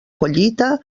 collita